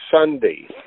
Sunday